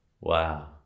Wow